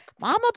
Mama